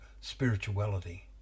spirituality